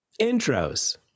intros